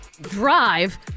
drive